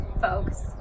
folks